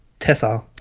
Tessa